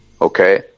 Okay